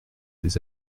des